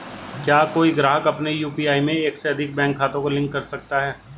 क्या कोई ग्राहक अपने यू.पी.आई में एक से अधिक बैंक खातों को लिंक कर सकता है?